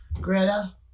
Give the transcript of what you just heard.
Greta